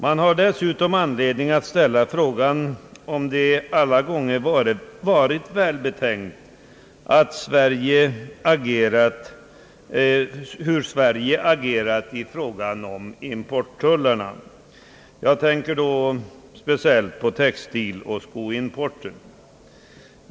Man har dessutom anledning att ställa frågan, om Sveriges agerande i fråga om importtullar alla gånger varit välbetänkt. Jag tänker speciellt på textiloch skoimporten.